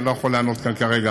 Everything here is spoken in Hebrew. אני לא יכול לענות כאן כרגע.